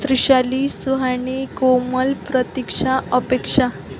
त्रिशाली सुहानी कोमल प्रतीक्षा अपेक्षा